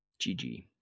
GG